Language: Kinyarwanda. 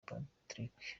patrick